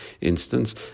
instance